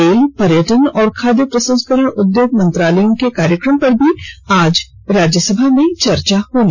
rail पर्यटन और खाद्य प्रसंस्करण उद्योग मंत्रालयों के कार्यक्रम पर भी आज राज्यसभा में चर्चा होगी